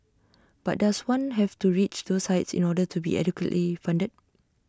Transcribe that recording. but does one have to reach those heights in order to be adequately funded